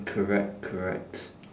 correct correct